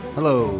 Hello